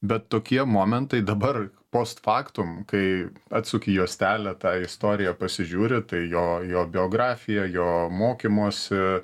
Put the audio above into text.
bet tokie momentai dabar post factum kai atsuki juostelę tą istoriją pasižiūri tai jo jo biografija jo mokymosi